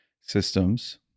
systems